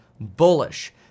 bullish